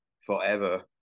forever